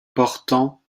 portant